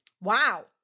wow